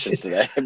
today